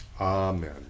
Amen